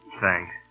Thanks